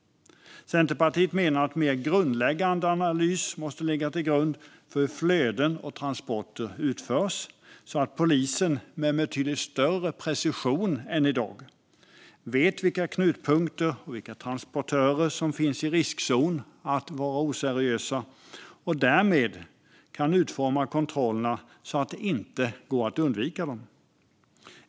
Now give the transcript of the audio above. Centerpartiet menar att en mer grundläggande analys måste ligga till grund för hur flöden och transporter utförs, så att polisen med betydligt större precision än i dag vet vilka knutpunkter och vilka transportörer som finns i riskzonen för oseriös verksamhet och därmed kan utforma kontrollerna så att det inte går att undvika dem.